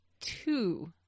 two